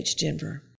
Denver